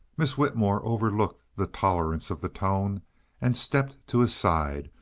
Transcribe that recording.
miss whitmore overlooked the tolerance of the tone and stepped to his side,